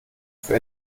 für